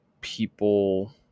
people